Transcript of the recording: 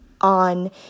on